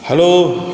hello